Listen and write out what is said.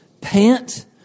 pant